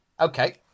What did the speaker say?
Okay